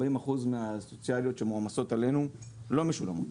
40 אחוזים מההפרשות הסוציאליות שמועמסות עלינו לא משולמות.